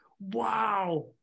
Wow